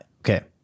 okay